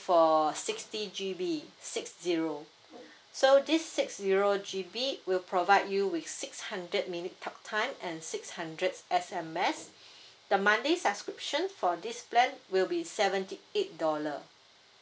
for sixty G_B six zero so this six zero G_B will provide you with six hundred minute talk time and six hundred S_M_S the monthly subscription for this plan will be seventy eight dollar